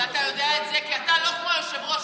ואתה יודע את זה כי אתה לא כמו היושב-ראש,